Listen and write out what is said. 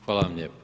Hvala vam lijepo.